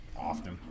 often